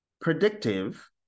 predictive